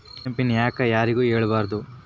ATM PIN ಯಾಕ್ ಯಾರಿಗೂ ಹೇಳಬಾರದು?